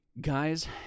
guys